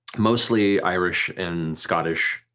mostly irish and scottish,